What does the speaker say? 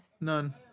None